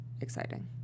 exciting